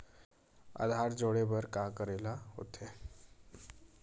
आधार जोड़े बर का करे ला होथे?